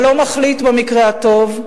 אבל לא מחליט במקרה הטוב,